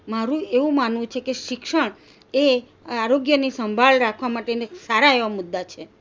મારું એવું માનવું છે કે શિક્ષણ એ આરોગ્યની સંભાળ રાખવા માટેના સારા એવા મુદ્દા છે